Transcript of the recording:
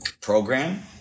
program